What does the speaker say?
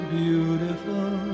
beautiful